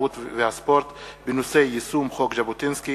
התרבות והספורט בעקבות דיון מהיר בנושא: יישום חוק ז'בוטינסקי,